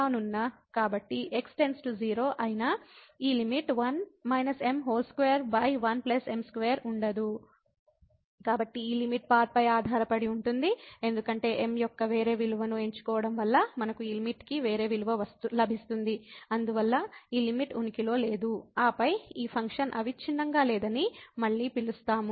కాబట్టి x → 0 అయిన ఈ లిమిట్ 21m2 ఉండదు కాబట్టి ఈ లిమిట్ పాత్ పై ఆధారపడి ఉంటుంది ఎందుకంటే m యొక్క వేరే విలువను ఎంచుకోవడం వల్ల మనకు ఈ లిమిట్ కి వేరే విలువ లభిస్తుంది అందువల్ల ఈ లిమిట్ ఉనికిలో లేదు ఆపై ఈ ఫంక్షన్ అవిచ్ఛిన్నంగా లేదని మళ్ళీ పిలుస్తాము